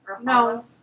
No